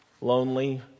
lonely